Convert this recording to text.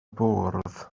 bwrdd